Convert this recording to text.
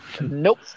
Nope